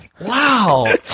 wow